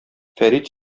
фәрит